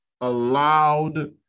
allowed